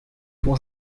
was